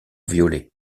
violet